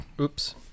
Oops